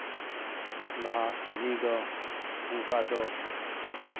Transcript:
ᱞᱟᱦᱟ ᱯᱤᱲᱦᱤ ᱫᱚ ᱚᱱᱠᱟ ᱫᱚ